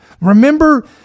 Remember